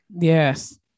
Yes